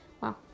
Wow